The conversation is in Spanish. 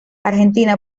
argentina